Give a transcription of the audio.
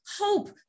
hope